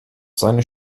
seine